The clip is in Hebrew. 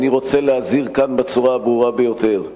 אני רוצה להזהיר כאן בצורה הברורה ביותר: